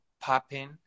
popping